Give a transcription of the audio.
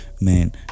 man